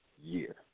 year